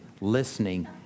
listening